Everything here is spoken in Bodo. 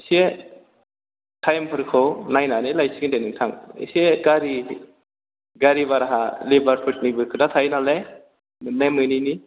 एसे थाइमफोरखौ नायनानै लायसिगोनदे नोंथां इसे गारि भारा लेबारफोरनिबो खोथा थायोनालाय मोननाय मोनिनि